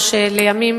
מה שלימים,